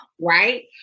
Right